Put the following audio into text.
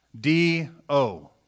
D-O